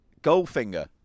Goldfinger